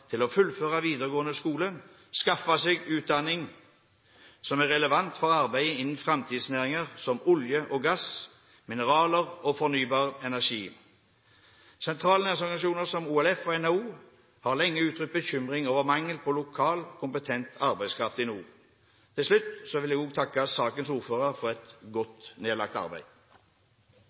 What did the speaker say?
til å fullføre videregående skole og skaffe seg utdanning som er relevant for arbeid innen framtidsnæringer som olje og gass, mineraler og fornybar energi. Sentrale næringsorganisasjoner som OLF og NHO har lenge uttrykt bekymring over mangel på lokal kompetent arbeidskraft i nord. Til slutt vil jeg også takke sakens ordfører for et godt nedlagt arbeid.